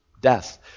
death